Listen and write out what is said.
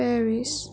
Paris